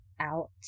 out